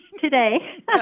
today